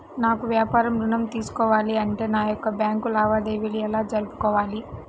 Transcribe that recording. నాకు వ్యాపారం ఋణం తీసుకోవాలి అంటే నా యొక్క బ్యాంకు లావాదేవీలు ఎలా జరుపుకోవాలి?